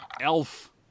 Elf